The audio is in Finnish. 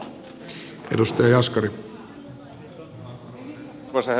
arvoisa herra puhemies